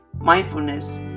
Mindfulness